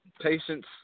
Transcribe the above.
Patience